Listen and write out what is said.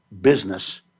business